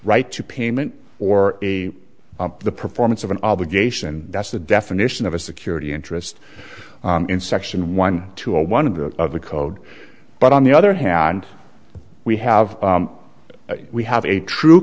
right to payment or a the performance of an obligation that's the definition of a security interest in section one two or one of the code but on the other hand we have we have a true